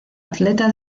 atleta